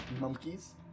monkeys